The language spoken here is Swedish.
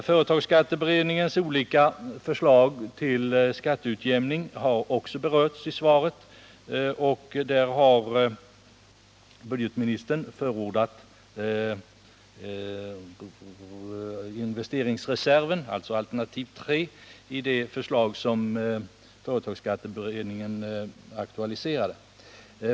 Företagsskatteberedningens olika förslag till skatteutjämning har berörts i svaret, och där har budgetministern förordat en allmän investeringsreserv, dvs. alternativ 3 i det förslag som företagsskatteberedningen aktualiserat.